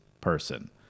person